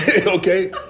Okay